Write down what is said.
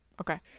Okay